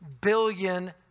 billion